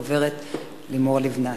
הגברת לימור לבנת.